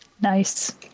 Nice